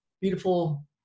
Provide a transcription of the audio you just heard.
beautiful